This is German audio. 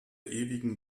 ewigen